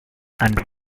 and